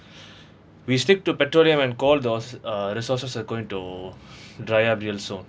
we stick to petroleum and call those uh resources are going to dry up real soon